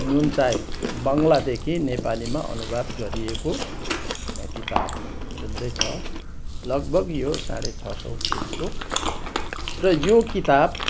नुन चाय बङ्लादेखि नेपालीमा अनुवाद गरिएको किताब जुन चाहिँ छ लगभग यो साँढे छ सय पेजको र यो किताब